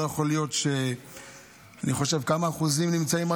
לא יכול להיות, כמה אחוזים נמצאים?